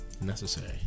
necessary